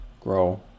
grow